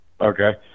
Okay